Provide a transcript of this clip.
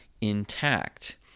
intact